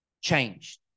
Changed